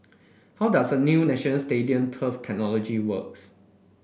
how does the new National Stadium turf technology works